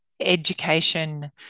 Education